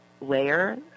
layer